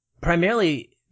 primarily